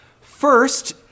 First